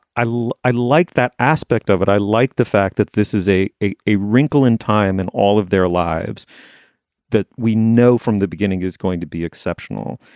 i will. i like that aspect of it. i like the fact that this is a a a wrinkle in time and all of their lives that we know from the beginning is going to be exceptional.